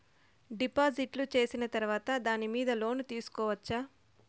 డిపాజిట్లు సేసిన తర్వాత దాని మీద లోను తీసుకోవచ్చా?